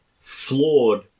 flawed